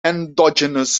endogenous